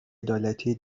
عدالتی